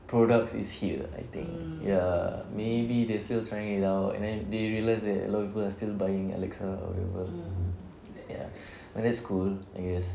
products is here I think ya maybe they're still trying it out and then they realise that a lot of people are still buying alexa or whatever ya that's cool I guess